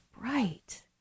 bright